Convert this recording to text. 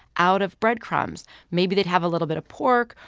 out of breadcrumbs. maybe they'd have a little bit of pork,